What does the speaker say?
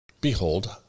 behold